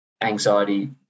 anxiety